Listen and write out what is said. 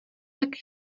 tak